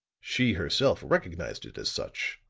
she herself recognized it as such.